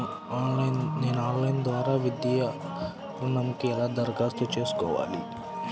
నేను ఆన్లైన్ ద్వారా విద్యా ఋణంకి ఎలా దరఖాస్తు చేసుకోవాలి?